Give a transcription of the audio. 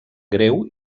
greu